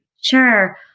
Sure